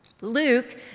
Luke